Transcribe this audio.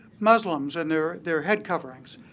muslims and their their head coverings,